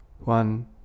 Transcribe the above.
One